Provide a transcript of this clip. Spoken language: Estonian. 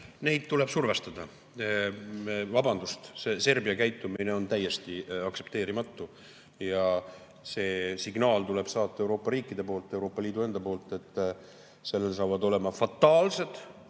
tuleb survestada. Vabandust, aga Serbia käitumine on täiesti aktsepteerimatu ja see signaal tuleb saata Euroopa riikide poolt, Euroopa Liidu enda poolt, et sellel saavad olema fataalsed